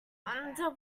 under